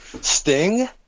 Sting